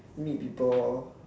meet people lor